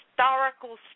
historical